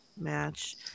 match